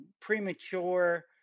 premature